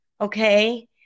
Okay